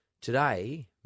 today